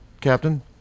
Captain